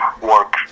work